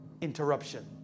interruption